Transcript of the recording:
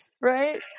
right